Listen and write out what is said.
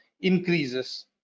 increases